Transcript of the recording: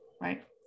right